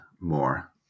more